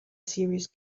serious